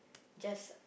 just